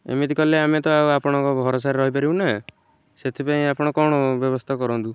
ଏମିତି କଲେ ଆମେ ତ ଆଉ ଆପଣଙ୍କ ଭରସାରେ ରହିପାରିବୁନି ନା ସେଥିପାଇଁ ଆପଣ କ'ଣ ବ୍ୟବସ୍ଥା କରନ୍ତୁ